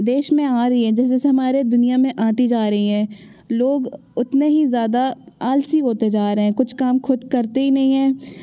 देश में आ रही हैं जैसे जैसे हमारे दुनिया में आती जा रही हैं लोग उतने ही ज़्यादा आलसी होते जा रहे हैं कुछ काम खुद करते ही नहीं हैं